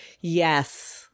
yes